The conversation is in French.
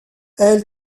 elle